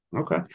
Okay